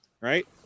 right